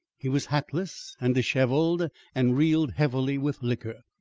he was hatless and dishevelled and reeled heavily with liquor.